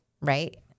right